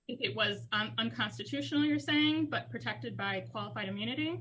it was i'm constitutional you're saying but protected by a qualified immunity